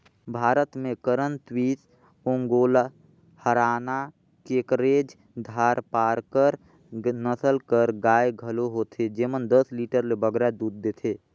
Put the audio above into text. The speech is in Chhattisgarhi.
भारत में करन स्विस, ओंगोल, हराना, केकरेज, धारपारकर नसल कर गाय घलो होथे जेमन दस लीटर ले बगरा दूद देथे